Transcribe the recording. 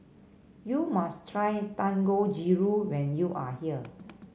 you must try Dangojiru when you are here